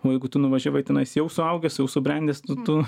o jeigu tu nuvažiavai tenais jau suaugęs jau subrendęs tu